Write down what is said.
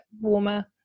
warmer